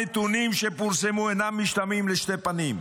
הנתונים שפורסמו אינם משתמעים לשתי פנים.